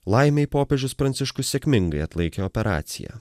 laimei popiežius pranciškus sėkmingai atlaikė operaciją